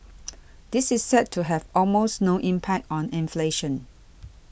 this is set to have almost no impact on inflation